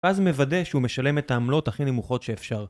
‫אז מוודא שהוא משלם את העמלות ‫הכי נמוכות שאפשר.